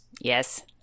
Yes